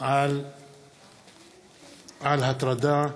על הטרדה מינית.